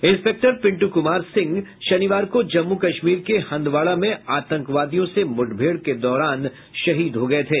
inspector Pintu Kumar Singh शनिवार को जम्मू कश्मीर के हंदवाड़ा में आतंकवादियों से मुठभेड़ के दौरान शहीद हो गये थे